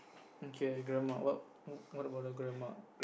okay grandma what what about the grandma